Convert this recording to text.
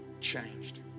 changed